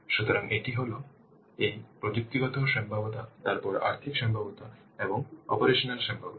সুতরাং একটি হল এই প্রযুক্তিগত সম্ভাব্যতা তারপরে আর্থিক সম্ভাব্যতা এবং অপারেশনাল সম্ভাব্যতা